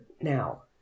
now